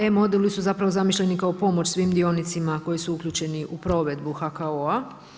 E-moduli su zapravo zamišljeni kao pomoć svim dionicima koji su uključeni u provedbu HKO-a.